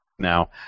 now